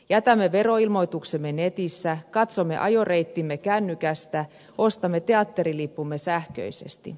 jätämme veroilmoituksemme netissä katsomme ajoreittimme kännykästä ostamme teatterilippumme sähköisesti